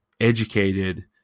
educated